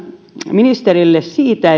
ministerille siitä